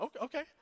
okay